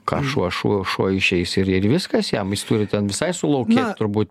ką šuo šuo šuo išeis ir ir viskas jam jis turi ten visai sulaukėt turbūt